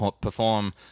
perform